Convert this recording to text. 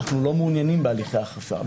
אנו לא מעוניינים בהליכי אכיפה.